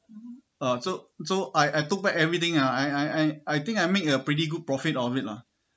uh so so I I took back everything ah I I I think I make a pretty good profit of it lah